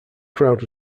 crowd